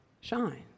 shine